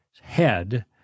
head